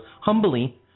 humbly